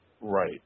right